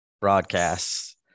broadcasts